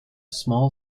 small